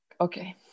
okay